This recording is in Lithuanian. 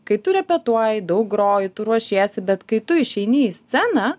kai tu repetuoji daug groji tu ruošiesi bet kai tu išeini į sceną